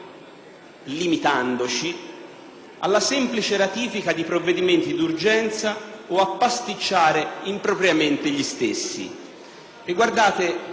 limitandoci, alla semplice ratifica di provvedimenti d'urgenza o a pasticciare impropriamente gli stessi.